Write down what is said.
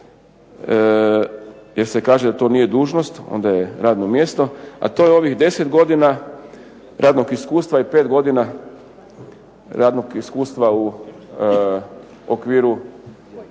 jer se kaže da to nije dužnost, onda je radno mjesto, a to je ovih 10 godina radnog iskustva i 5 godina radnog iskustva u okviru